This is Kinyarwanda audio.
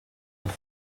andi